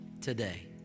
today